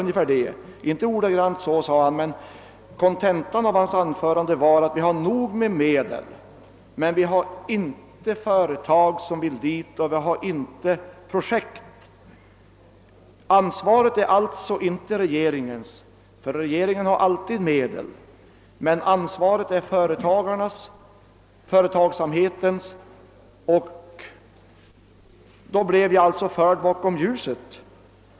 Inrikesministern sade inte ordagrant så, men kontentan av hans anförande var att vi har nog med medel men att vi inte har företag som vill etablera sig i Norrland och inte heller projekt; ansvaret är alltså inte regeringens, ty regeingen har alltid medel, utan ansvaret är företagsamhetens. Då blev jag alltså förd bakom ljuset.